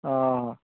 ହଁ ହଁ